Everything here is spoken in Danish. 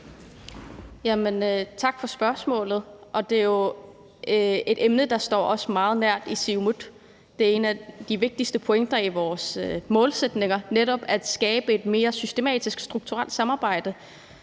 Tak for spørgsmålet. Det er jo et emne, der står os meget nær i Siumut. En af de vigtigste pointer i vores målsætninger er netop at skabe et mere systematisk, strukturelt samarbejde.